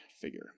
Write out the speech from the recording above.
figure